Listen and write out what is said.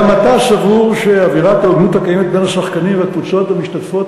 גם אתה סבור שאווירת ההוגנות הקיימת בין השחקנים והקבוצות המשתתפות,